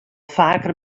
faker